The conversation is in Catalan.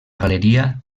galeria